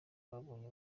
babonye